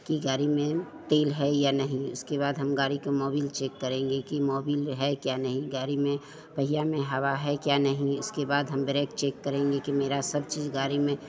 कि गाड़ी में तेल है या नहीं उसके बाद हम गाड़ी का मोबिल चेक करेंगे कि मोबिल है या नहीं गाड़ी में पहिया में हवा है या नहीं इसके बाद हम ब्रेक चेक करेंगे कि मेरी सब चीज़ गाड़ी में